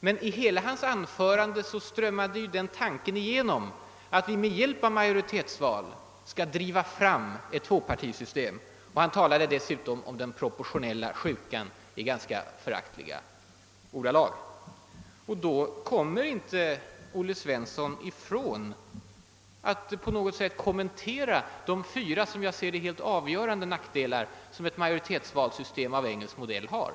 Men hela hans anförande dominerades ju av den tanken att vi med hjälp av majoritetsval skall driva fram ett tvåpartisystem. Han talade i ganska föraktfulla ordalag om »den proportionella sjukan». Då kommer inte herr Svensson i Eskilstuna ifrån att på något sätt kommentera de åtminstone fyra helt avgörande nackdelar som ett majoritetsvalsystem av engelsk modell har.